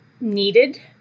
Needed